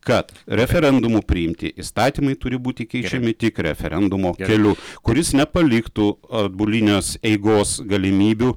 kad referendumu priimti įstatymai turi būti keičiami tik referendumo keliu kuris nepaliktų atbulinės eigos galimybių